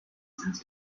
sons